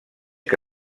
que